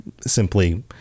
simply